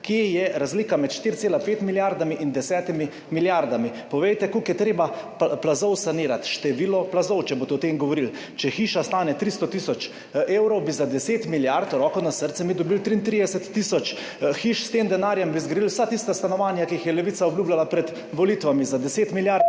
Kje je razlika med 4,5 milijardami in 10 milijardami? Povejte, koliko je treba plazov sanirati. Število plazov, če boste o tem govorili. Če hiša stane 300 tisoč evrov bi za 10 milijard, roko na srce, mi dobili 33 tisoč hiš. S tem denarjem bi zgradili vsa tista stanovanja, ki jih je Levica obljubljala pred volitvami. Za 10 milijard